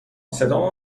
صدا